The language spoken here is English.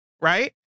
Right